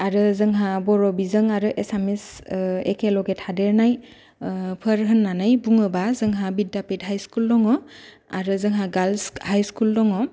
आरो जोंहा बर' बिजों आरो एसामिस एखे ल'गे थादेरनाय फोर होननानै बुङोब्ला जोंहा बिध्याफित हाइस स्कुल दङ आरो जोंहा गार्लस हाइस स्कुल दं